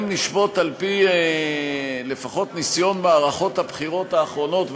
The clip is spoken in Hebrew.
אם לשפוט לפחות על-פי ניסיון מערכות הבחירות האחרונות,